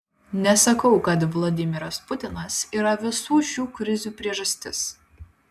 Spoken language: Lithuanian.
nesakau kad vladimiras putinas yra visų šių krizių priežastis